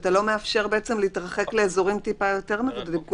שאתה לא מאפשר בעצם להתרחק לאזורים טיפה יותר מבודדים.